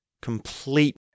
complete